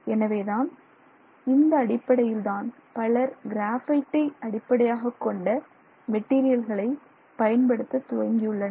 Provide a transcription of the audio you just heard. எனவேதான் இந்த அடிப்படையில் தான் பலர் கிராபைட்டை அடிப்படையாகக்கொண்ட மெட்டீரியல்களை பயன்படுத்த துவங்கியுள்ளனர்